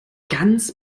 ganz